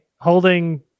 holding